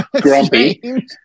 grumpy